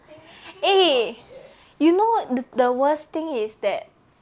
eh you know the the worst thing is that